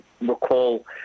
recall